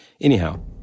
anyhow